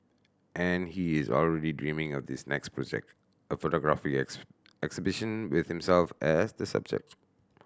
and he is already dreaming of this next project a photography exhibition with himself as the subject